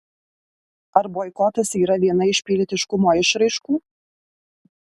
ar boikotas yra viena iš pilietiškumo išraiškų